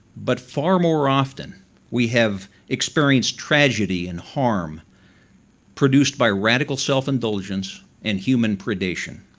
but far more often we have experienced tragedy and harm produced by radical self-indulgence and human predation.